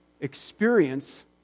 experience